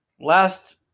last